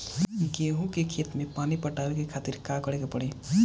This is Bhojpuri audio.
गेहूँ के खेत मे पानी पटावे के खातीर का करे के परी?